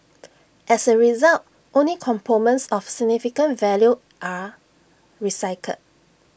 as A result only components of significant value are recycled